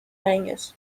años